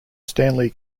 stanley